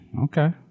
Okay